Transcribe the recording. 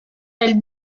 elle